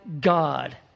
God